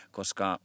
Koska